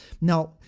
Now